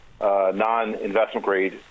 non-investment-grade